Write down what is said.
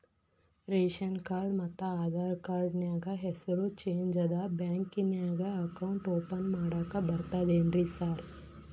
Ration card ಮತ್ತ Aadhaar card ನ್ಯಾಗ ಹೆಸರು ಚೇಂಜ್ ಅದಾ ಬ್ಯಾಂಕಿನ್ಯಾಗ ಅಕೌಂಟ್ ಓಪನ್ ಮಾಡಾಕ ಬರ್ತಾದೇನ್ರಿ ಸಾರ್?